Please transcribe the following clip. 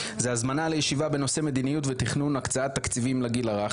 זה הזמנה לישיבה בנושא מדיניות ותכנון הקצאת תקציבים לגיל הרך,